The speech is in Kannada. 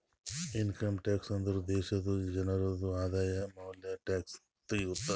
ಇನ್ಕಮ್ ಟ್ಯಾಕ್ಸ್ ಅಂದುರ್ ದೇಶಾದು ಜನ್ರುದು ಆದಾಯ ಮ್ಯಾಲ ಟ್ಯಾಕ್ಸ್ ತಗೊತಾರ್